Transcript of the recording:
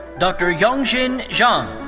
dr. yeongjin jang.